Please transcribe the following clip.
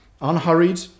unhurried